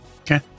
Okay